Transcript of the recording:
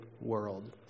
world